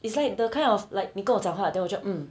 it's like the kind of like 你跟我讲话 then 我就 mm